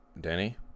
Danny